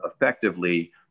effectively